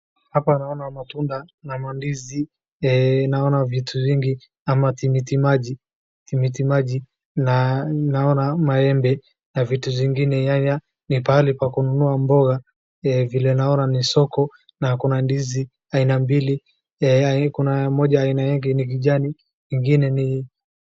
Matunda na mandizi ,naona vitu mingi kama tikiti maji na naona maembe na vitu zingine ni mahali pa kununua mboga, ni soko na kuna ndizi aina mbili kuna moja ni kijani na ingine ni...